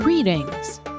Greetings